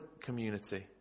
community